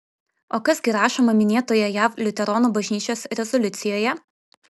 o kas gi rašoma minėtoje jav liuteronų bažnyčios rezoliucijoje